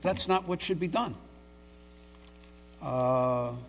that's not what should be done